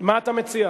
מה אתה מציע?